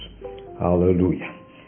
Hallelujah